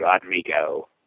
Rodrigo